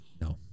No